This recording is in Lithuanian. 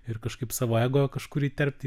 ir kažkaip savo ego kažkur įterpti